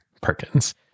Perkins